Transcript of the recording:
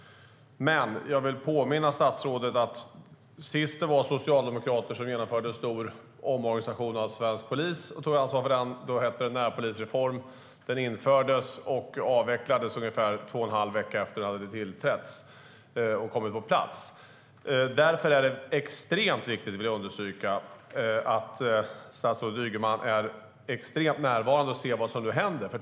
Men jag vill påminna statsrådet om att sist socialdemokrater genomförde en stor omorganisation av svensk polis - den hette närpolisreformen - avvecklades den ungefär två och en halv vecka efter att den hade kommit på plats. Jag vill därför understryka att det är extremt viktigt att statsrådet Ygeman nu är närvarande och ser vad som händer.